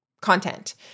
content